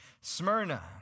Smyrna